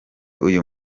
uyu